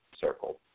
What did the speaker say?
circle